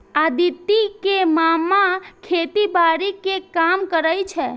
अदिति के मामा खेतीबाड़ी के काम करै छै